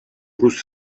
bruce